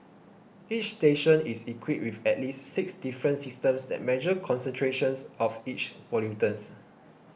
each station is equipped with at least six different systems that measure concentrations of each pollutant